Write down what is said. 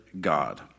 God